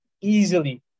Easily